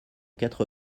quatre